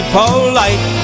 polite